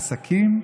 עסקים,